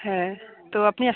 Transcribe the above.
হ্যাঁ তো আপনি